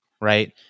right